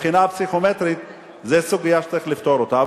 הבחינה הפסיכומטרית זה סוגיה שצריך לפתור אותה.